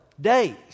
days